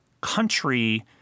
country